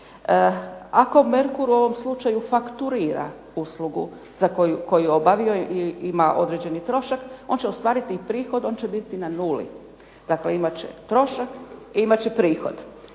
Ako Merkur u ovom slučaju fakturira uslugu za, koju je obavio, ima određeni trošak, on će ostvariti prihod, on će biti na nuli, dakle imat će trošak, imat će prihod.